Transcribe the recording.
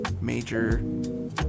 major